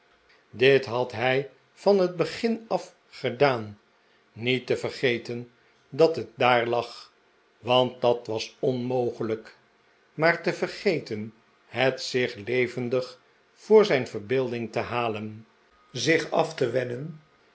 dit had hij van het begin af gedaan niet te vergeten dat het daar lag want dat was onmogelijk maar te vergeten het zich levendig voor zijn verbeelding te halen zich af te wennen